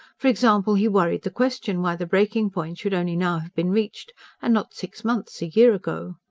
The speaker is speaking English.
for example, he worried the question why the breaking-point should only now have been reached and not six months, a year ago.